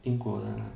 英国的啦